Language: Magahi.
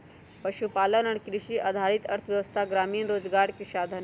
पशुपालन और कृषि आधारित अर्थव्यवस्था ग्रामीण रोजगार के साधन हई